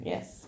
Yes